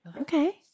Okay